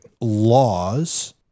laws—